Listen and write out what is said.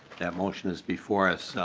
that motion is before us.